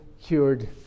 cured